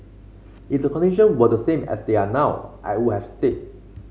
if the condition were the same as they are now I would have stayed